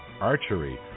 archery